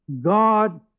God